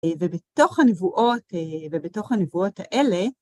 ובתוך הנבואות, ובתוך הנבואות האלה,